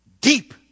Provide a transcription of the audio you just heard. deep